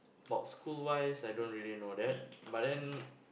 about school wise I don't really know that but then